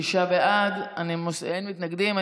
שישה בעד, אין מתנגדים.